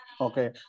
Okay